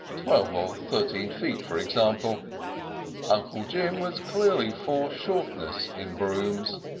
twelve or thirteen feet, for example uncle jim was clearly for shortness in brooms.